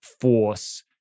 force